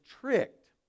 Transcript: tricked